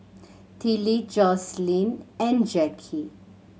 Tillie Joslyn and Jackie